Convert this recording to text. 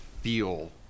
feel